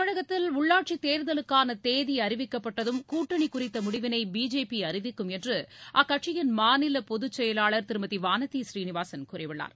தமிழகத்தில் உள்ளாட்சித் தேர்தலுக்கான தேதி அறிவிக்கப்பட்டதும் கூட்டணி குறித்த முடிவினை பிஜேபி அறிவிக்கும் என்று அக்கட்சியின் மாநில பொதுச்செயவாளர் திருமதி வானதி சீனிவாசன் கூறியுள்ளார்